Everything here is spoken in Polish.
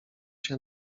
się